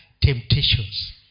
temptations